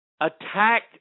attack